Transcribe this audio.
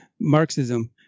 Marxism